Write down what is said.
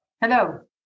Hello